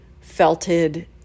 felted